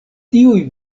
tiuj